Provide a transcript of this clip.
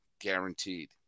guaranteed